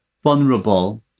vulnerable